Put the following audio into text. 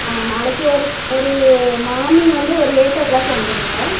ஆ நாளைக்கு ஒரு ஒரு மார்னிங் வந்து ஒரு எயிட் ஓ க்ளாக் வந்துடுங்க